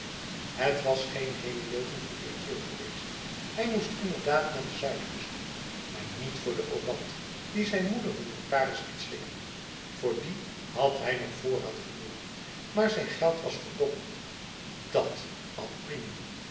het was geen hele leugen van ketjil geweest hij moest inderdaad naar de zuidkust maar niet voor de obat die zijn moeder de notaris liet slikken voor die had hij nog voorraad genoegl maar zijn geld was verdobbeld dat ad primum